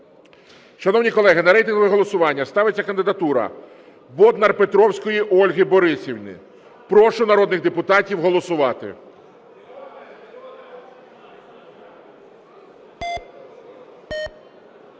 Шановні колеги, на рейтингове голосування ставиться кандидатура Боднар-Петровської Ольги Борисівни. Прошу народних депутатів голосувати.